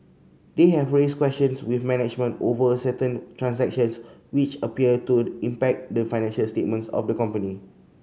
they have raised questions with management over certain transactions which appear to impact the financial statements of the company